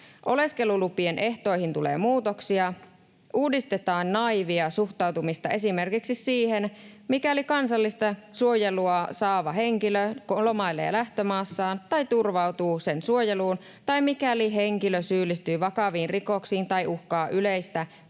Oleskelulupien ehtoihin tulee muutoksia, ja uudistetaan naiivia suhtautumista esimerkiksi siihen, mikäli kansallista suojelua saava henkilö lomailee lähtömaassaan tai turvautuu sen suojeluun tai henkilö syyllistyy vakaviin rikoksiin tai uhkaa yleistä tai